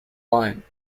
line